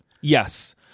Yes